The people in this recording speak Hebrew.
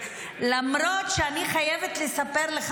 יש הבדל בין --- למרות שאני חייבת לספר לך